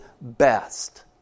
best